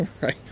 right